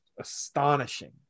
astonishing